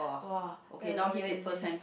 !wah! that's very crazy